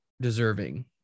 deserving